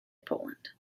poland